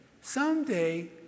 someday